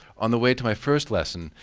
on the way to my first lesson,